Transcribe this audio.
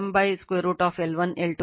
ಆದ್ದರಿಂದ K ಗೆ 0